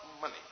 money